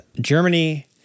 Germany